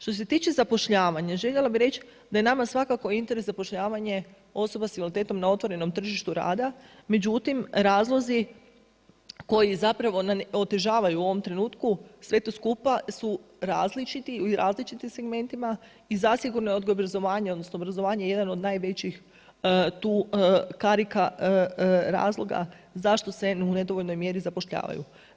Što se tiče zapošljavanja, željela bih reći da je nama svakako interes zapošljavanje osoba s invaliditetom na otvorenom tržištu rada, međutim razlozi koji otežavaju u ovom trenutku sve to skupa su različiti i u različitim segmentima i zasigurno je odgoj i obrazovanje odnosno obrazovanje jedan od najvećih tu karika razloga zašto se u nedovoljnoj mjeri zapošljavaju.